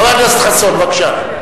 חבר הכנסת חסון, בבקשה.